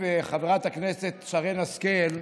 להוסיף, חברת הכנסת שרן השכל,